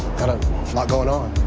got a lot going on.